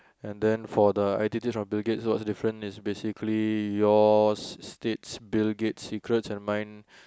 and then for the i_t tips bill-gates what's the difference is basically yours states bill-gates secrets and mine